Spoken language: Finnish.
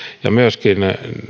ja myöskin